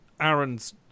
Aaron's